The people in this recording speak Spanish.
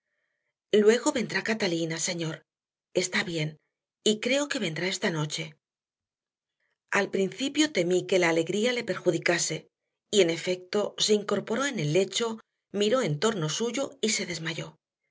luego vendrá catalina señor está bien y creo que vendrá esta noche al principio temí que la alegría le perjudicase y en efecto se incorporó en el lecho miró en torno suyo y se desmayó